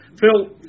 Phil